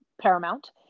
paramount